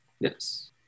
Yes